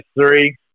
three